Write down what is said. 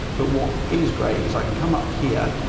but what is great is i can come up here,